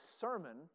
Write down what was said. sermon